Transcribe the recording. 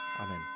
Amen